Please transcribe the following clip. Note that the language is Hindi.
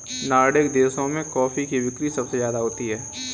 नार्डिक देशों में कॉफी की बिक्री सबसे ज्यादा होती है